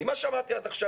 ממה שאמרתי עד עכשיו,